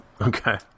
Okay